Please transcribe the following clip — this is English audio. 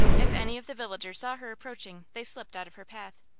if any of the villagers saw her approaching they slipped out of her path.